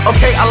Okay